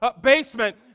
basement